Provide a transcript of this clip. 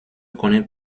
connaît